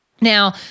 Now